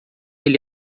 ele